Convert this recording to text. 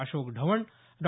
Ashok Dhawan Dr